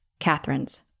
Catherine's